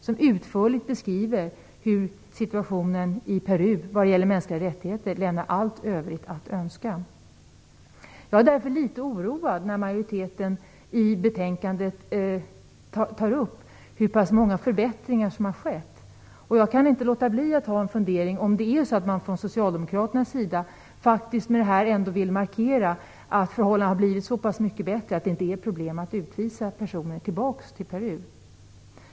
Den beskriver utförligt hur situationen i Peru lämnar allt övrigt att önska när det gäller de mänskliga rättigheterna. Jag är därför litet oroad när majoriteten i betänkandet tar upp hur många förbättringar som har skett. Jag kan inte låta bli att fundera över om det är så att socialdemokraterna med detta vill markera att förhållanden har blivit så mycket bättre att det inte är något problem att utvisa personer tillbaks till Peru.